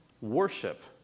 worship